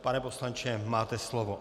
Pane poslanče, máte slovo.